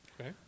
okay